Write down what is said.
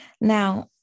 Now